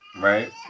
right